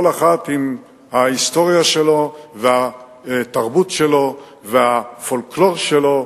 כל אחד עם ההיסטוריה שלו והתרבות שלו והפולקלור שלו,